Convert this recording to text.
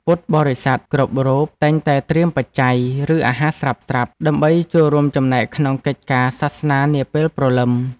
ពុទ្ធបរិស័ទគ្រប់រូបតែងតែត្រៀមបច្ច័យ ឬអាហារស្រាប់ៗដើម្បីចូលរួមចំណែកក្នុងកិច្ចការសាសនានាពេលព្រលឹម។